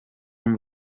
ian